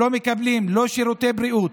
שלא מקבלים לא שירותי בריאות,